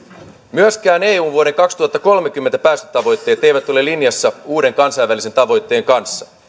myöskään eun vuoden kaksituhattakolmekymmentä päästötavoitteet eivät ole linjassa uuden kansainvälisen tavoitteen kanssa